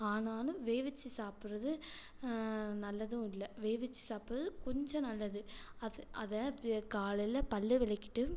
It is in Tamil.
ஆனாலும் வேகவிச்சி சாப்பிட்றது நல்லதும் இல்லை வேகவிச்சி சாப்பிட்றது கொஞ்சம் நல்லது அது அதை காலையில் பல்லு விளக்கிட்டு